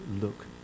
look